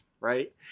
right